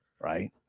right